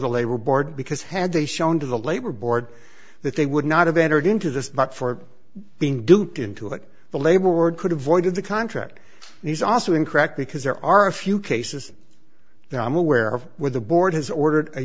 the labor board because had they shown to the labor board that they would not have entered into this but for being duped into it the labor board could have voided the contract and he's also incorrect because there are a few cases that i'm aware of where the board has ordered a